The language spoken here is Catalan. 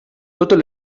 totes